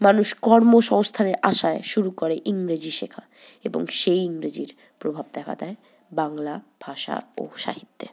মানুষ কর্মসংস্থানের আশায় শুরু করে ইংরেজি শেখা এবং সেই ইংরেজির প্রভাব দেখা দেয় বাংলা ভাষা ও সাহিত্যে